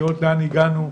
לראות לאן הגענו,